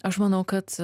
aš manau kad